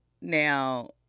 Now